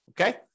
Okay